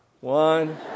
One